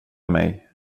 mig